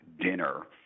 dinner